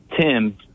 Tim